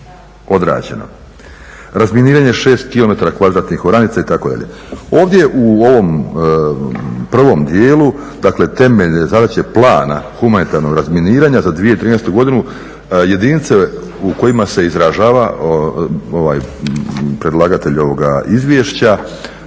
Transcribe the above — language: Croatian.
odrađeno, razminiranje 6 km2 oranica itd. Ovdje u ovom prvom dijelu, dakle temeljne zadaće plana humanitarnog razminiranja za 2013. godinu jedinice u kojima se izražava predlagatelj ovoga izvješća